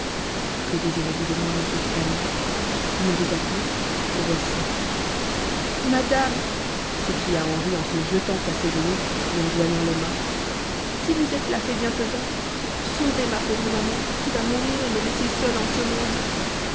que désirez-vous de moi mon petit ami vous m'avez appelée me voici madame s'écria henri en se jetant à ses genoux et en joignant les mains si vous êtes la fée bienfaisante sauvez ma pauvre maman qui va mourir et me laisser seul en ce monde